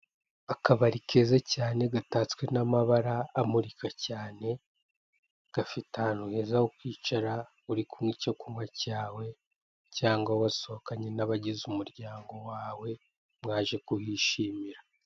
Akabari keza cyane gatatswe n'amabara amurika cyane. Gafite ahantu heza ho kwicara uri kunywa icyo kunywa cyawe, cyangwa wasohokanye n'abagize umuryango wawe, mwaje kuhishimira.